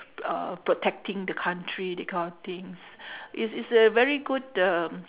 uh protecting the country that kind of things it's it's a very good um